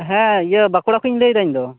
ᱦᱮᱸ ᱤᱭᱟᱹ ᱵᱟᱸᱠᱩᱲᱟ ᱠᱷᱚᱱᱤᱧ ᱞᱟ ᱭᱫᱟ ᱤᱧᱫᱚ